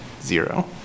zero